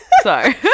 Sorry